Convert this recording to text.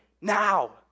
now